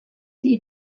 die